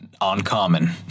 Uncommon